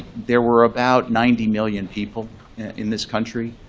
there were about ninety million people in this country,